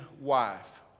wife